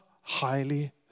highly